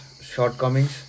shortcomings